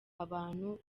abantu